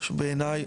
שבעיני,